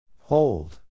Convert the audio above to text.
Hold